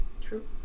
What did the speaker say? True